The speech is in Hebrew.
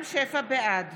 בעד